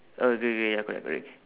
okay K ya correct correct